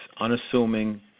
unassuming